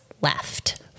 left